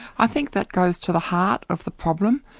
i think that goes to the heart of the problem.